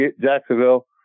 Jacksonville